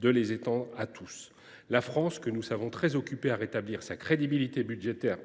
de les étendre à tous : la France, que nous savons très occupée à rétablir sa crédibilité budgétaire